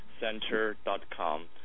center.com